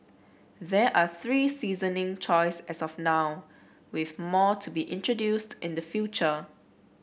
there are three seasoning choice as of now with more to be introduced in the future